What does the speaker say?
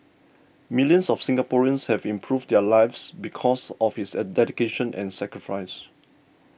millions of Singaporeans have improved their lives because of his a dedication and sacrifice